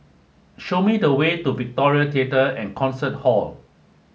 show me the way to Victoria Theatre and Concert Hall